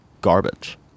garbage